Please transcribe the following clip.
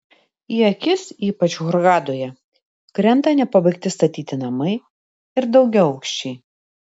į akis ypač hurgadoje krenta nepabaigti statyti namai ir daugiaaukščiai